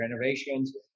renovations